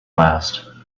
last